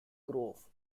grove